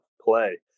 play